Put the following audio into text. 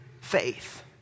Faith